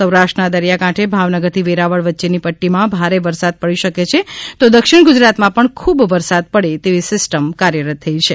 સૌરાષ્ટ્રના દરિયાકાંઠે ભાવનગરથી વેરાવળ વચ્ચેની પટ્ટીમાં ભારે વરસાદ પડી શકે છે તો દક્ષિણ ગુજરાતમાં પણ ખુબ વરસાદ પડે તેવી સીસ્ટમ કાર્યરત થઇ છે